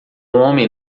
homem